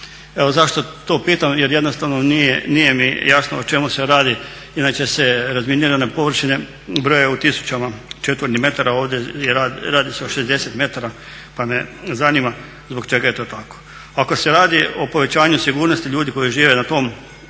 Evo zašto to pitam? Jer jednostavno nije mi jasno o čemu se radi? Inače se razminirane površine broje u tisućama četvornih metara, ovdje se radi o 60 metara. Pa me zanima zbog čega je to tako? Ako se radi o povećanju sigurnosti ljudi koji žive na tom